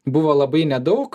buvo labai nedaug